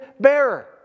bearer